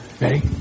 Ready